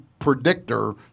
predictor